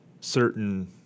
certain